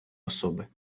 особи